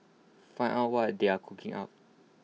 find out what they are cooking up